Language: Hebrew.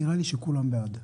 נראה לי שכולם בעד.